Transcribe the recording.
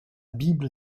bible